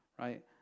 right